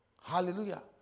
Hallelujah